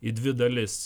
į dvi dalis